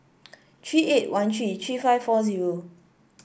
three eight one three three five four zero